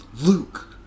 Luke